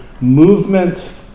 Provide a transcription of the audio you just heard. movement